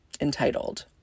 Entitled